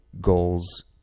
goals